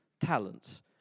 talents